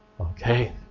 Okay